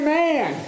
man